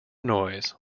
noise